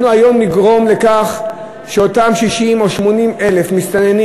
אנחנו היום נגרום לכך שאותם 60,000 או 80,000 מסתננים